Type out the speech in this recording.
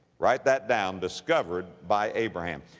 write that down, discovered by abraham.